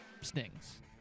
stings